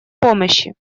помощи